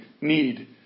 need